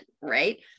right